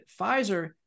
Pfizer